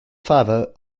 father